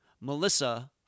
Melissa